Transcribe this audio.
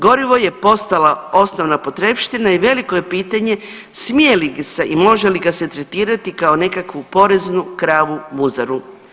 Gorivo je postala osnovna potrepština i veliko je pitanje smije li ga se i može li ga se tretirati kao nekakvu poreznu kravu muzaru.